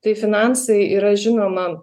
tai finansai yra žinoma